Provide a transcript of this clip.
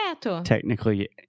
technically